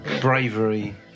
bravery